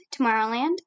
Tomorrowland